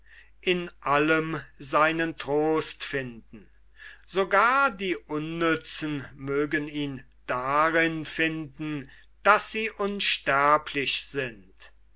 erreichen ist eine große feinheit sogar die unnützen mögen ihn darin finden daß sie unsterblich sind